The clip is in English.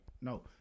No